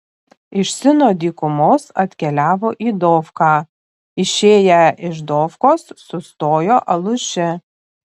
iš sino dykumos atkeliavo į dofką išėję iš dofkos sustojo aluše